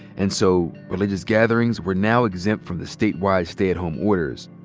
and so religious gatherings were now exempt from the statewide stay-at-home orders.